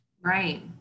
Right